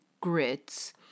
grits